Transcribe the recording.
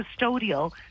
custodial